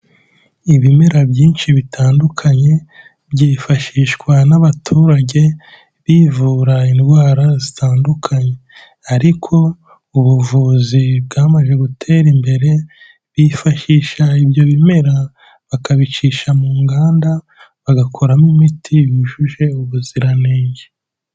Ibimera byinshi bitandukanye byifashishwa n'abaturage bivura indwara zitandukanye, ariko ubuvuzi bwamaze gutera imbere, bifashisha ibyo bimera bakabicisha mu nganda bagakoramo imiti yujuje ubuziranenge.